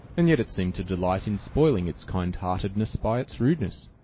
and yet it seemed to delight in spoiling its kindheartedness by its rudeness.